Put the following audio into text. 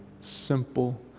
simple